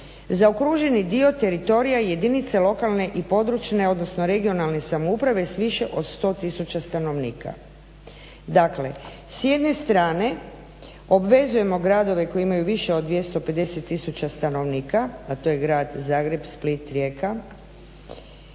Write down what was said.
zaokruženi dio teritorija jedinice lokalne i područne odnosno regionalne samouprave s više od 100 000 stanovnika. Dakle s jedne strane obvezujemo gradove koji imaju više od 250 000 stanovnika, a to je grad Zagreb, Split, Rijeka,